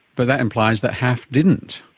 but that implies that half didn't.